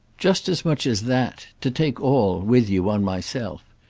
just as much as that to take all, with you, on myself.